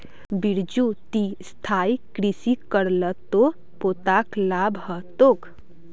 बिरजू ती स्थायी कृषि कर ल तोर पोताक लाभ ह तोक